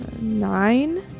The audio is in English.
nine